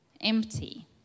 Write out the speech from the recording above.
empty